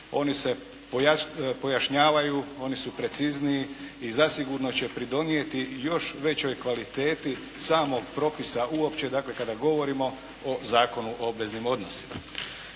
oni se pojašnjavaju, oni su precizniji i zasigurno će pridonijeti još većoj kvaliteti samog propisa uopće, dakle kada govorimo o Zakonu o obveznim odnosima.